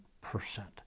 percent